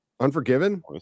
unforgiven